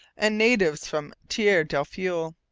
and natives from tier del fuel.